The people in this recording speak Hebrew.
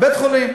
בבית-החולים.